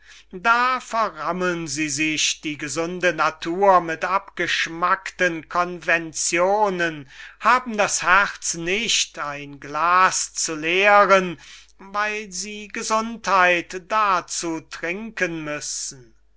da verrammeln sie sich die gesunde natur mit abgeschmakten conventionen haben das herz nicht ein glas zu leeren weil sie gesundheit dazu trinken müssen